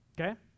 okay